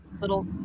little